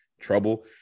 trouble